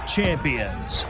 Champions